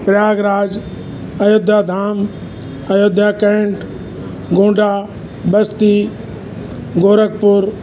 Prayagraj Ayodhya Dham Ayodhya cantt Gonda Basti Gorakhpur